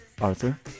Arthur